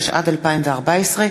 התשע"ד 2014,